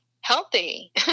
healthy